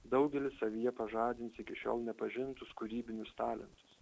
daugelis savyje pažadins iki šiol nepažintus kūrybinius talentus